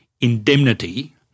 indemnity